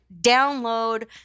download